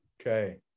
Okay